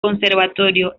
conservatorio